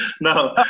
No